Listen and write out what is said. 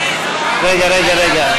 רגע רגע רגע.